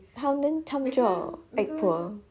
then 他们就好 act poor